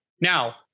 Now